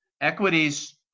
equities